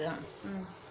mm